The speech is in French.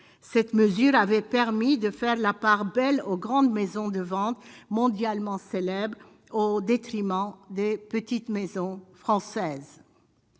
cette mesure avait permis de faire la part belle aux grandes maisons de vente mondialement célèbres au détriment des petites maisons françaises,